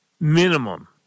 minimum